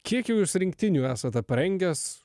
kiek jau jūs rinktinių esat parengęs